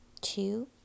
Two